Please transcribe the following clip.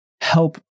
help